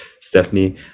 Stephanie